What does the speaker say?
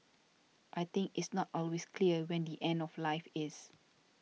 I think it's not always clear when the end of life is